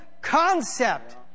concept